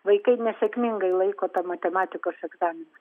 vaikai nesėkmingai laiko tą matematikos egzaminą